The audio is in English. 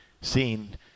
seen